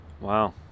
wow